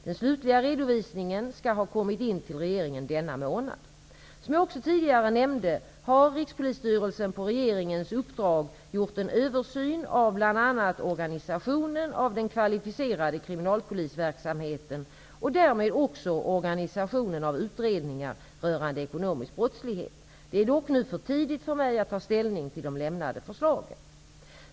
Den slutliga redovisningen skall ha kommit in till regeringen denna månad. Som jag också tidigare nämnde har Rikspolisstyrelsen på regeringens uppdrag gjort en översyn av bl.a. organisationen av den kvalificerade kriminalpolisverksamheten och därmed också organisationen av utredningar rörande ekonomisk brottslighet. Det är dock nu för tidigt för mig att ta ställning till de lämnade förslagen.